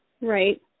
Right